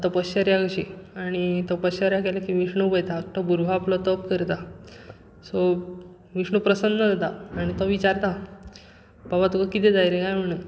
तपश्चर्या कशी आनी तपश्चर्या केली की विष्णू पयता धाकटो भुरगो आपलो तप करता सो विष्णू प्रसन्न जाता आनी तो विचारता बाबा तुका कितें जाय रे म्हणून